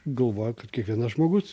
galvoju kad kiekvienas žmogus